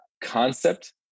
concept